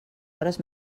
hores